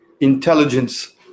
intelligence